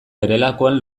berehalakoan